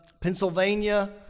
Pennsylvania